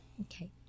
Okay